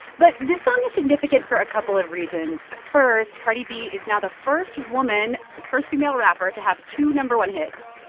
but this song is significant for a couple of reasons. ah first, cardi b is now the first woman the first female rapper to have two no. one hits.